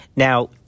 Now